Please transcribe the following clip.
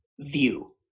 view